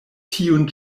tiun